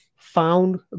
found